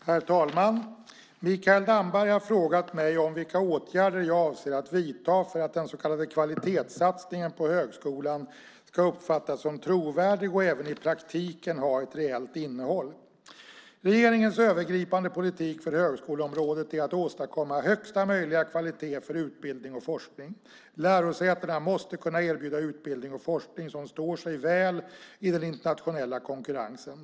Herr talman! Mikael Damberg har frågat mig vilka åtgärder jag avser att vidta för att den så kallade kvalitetssatsningen på högskolan ska uppfattas som trovärdig och även i praktiken ha ett reellt innehåll. Regeringens övergripande politik för högskoleområdet är att åstadkomma högsta möjliga kvalitet för utbildning och forskning. Lärosätena måste kunna erbjuda utbildning och forskning som står sig väl i den internationella konkurrensen.